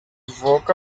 woke